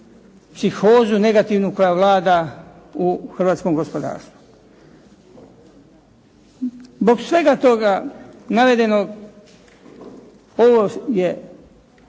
psihozu negativnu koja vlada u hrvatskom gospodarstvu. Zbog svega toga navedenog ovo je